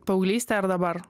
paauglystė ar dabar